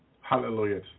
Hallelujah